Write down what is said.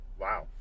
wow